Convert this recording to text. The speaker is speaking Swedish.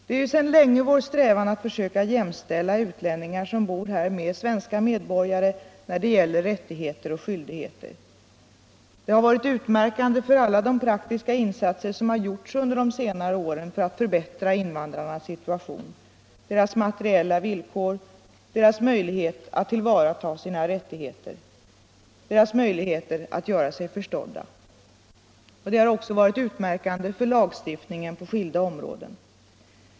Det är sedan länge vår strävan att försöka jämställa utlänningar som bor här med svenska medborgare när det gäller rättigheter och skyldigheter. Det har varit utmärkande för alla de praktiska insatser som gjorts under senare år för att förbättra invandrarnas situation, deras materiella villkor, deras möjlighet att tillvarata sina rättigheter, deras möjligheter att göra sig förstådda. Det har också varit utmärkande för lagstiftningen på skilda områden.